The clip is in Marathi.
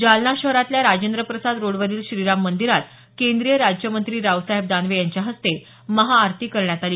जालना शहरातल्या राजेंद्रप्रसाद रोडवरील श्रीराम मंदिरात केंद्रीय राज्यमंत्री रावसाहेब दानवे यांच्या हस्ते महाआरती करण्यात आली